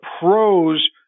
pros